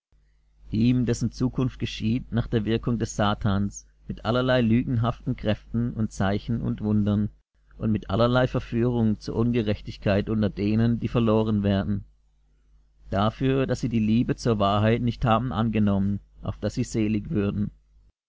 ihm dessen zukunft geschieht nach der wirkung des satans mit allerlei lügenhaftigen kräften und zeichen und wundern und mit allerlei verführung zur ungerechtigkeit unter denen die verloren werden dafür daß sie die liebe zur wahrheit nicht haben angenommen auf daß sie selig würden